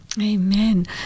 Amen